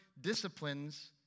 disciplines